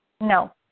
No